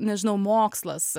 nežinau mokslas